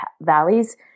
valleys